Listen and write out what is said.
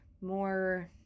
more